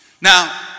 Now